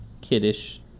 kiddish